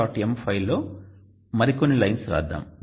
m file లో మరికొన్ని lines రాద్దాం